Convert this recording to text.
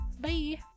Bye